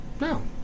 No